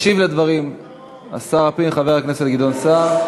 ישיב על הדברים שר הפנים, חבר הכנסת גדעון סער.